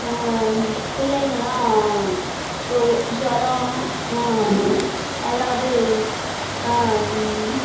பிள்ளைங்கலாம் இப்போது ஜொரம் எதாவது